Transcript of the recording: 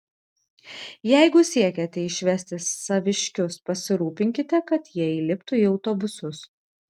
jeigu siekiate išvesti saviškius pasirūpinkite kad jie įliptų į autobusus